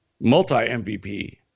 Multi-MVP